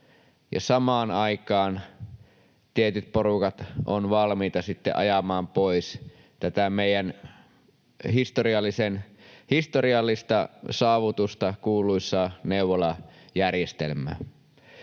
samaan aikaan tietyt porukat ovat valmiita sitten ajamaan pois tätä meidän historiallista saavutusta, kuuluisaa neuvolajärjestelmää.